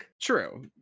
True